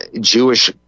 Jewish